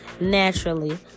naturally